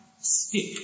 stick